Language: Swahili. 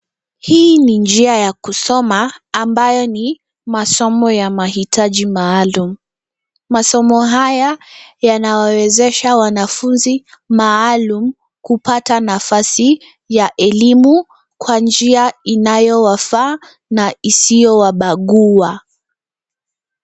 Hii ni njia ya kusoma ambayo ni masomo ya mahitaji maalum. Masomo haya yanawawezesha wanafunzi maalum kupata nafasi ya elimu kwa njia inayowafaa na isiyowabagua.